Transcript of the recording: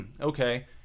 okay